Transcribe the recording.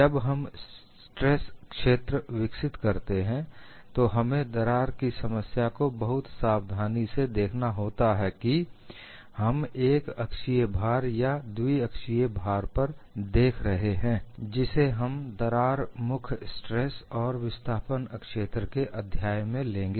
जब हम स्ट्रेस क्षेत्र विकसित करते हैं तो हमें दरार की समस्या को बहुत सावधानी से देखना होता है कि हम एक अक्षीय भार या द्वि अक्षीय भार पर देख रहे हैं जिसे हम दरार मुख स्ट्रेस और विस्थापन क्षेत्र के अध्याय में लेंगे